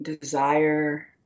desire